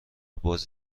باز